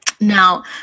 Now